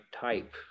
type